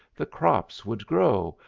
the crops would grow,